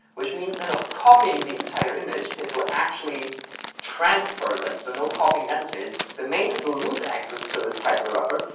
which means instead of copying the entire image, it will actually transfer them. so no copying necessary. the main thread will lose access to this typed array buffer,